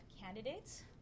candidates